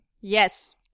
Yes